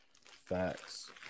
Facts